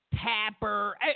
Tapper